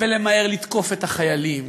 ולמהר לתקוף את החיילים,